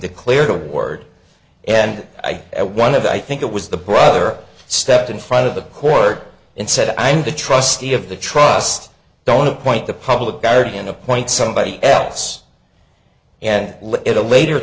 declared a word and i at one of i think it was the brother stepped in front of the court and said i need a trustee of the trust don't appoint the public guardian appoint somebody else and let a later